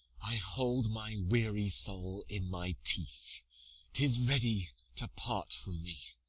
i hold my weary soul in my teeth tis ready to part from me.